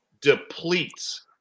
depletes